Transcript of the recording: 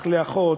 אח לאחות,